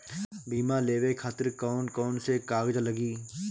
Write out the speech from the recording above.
बीमा लेवे खातिर कौन कौन से कागज लगी?